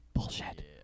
Bullshit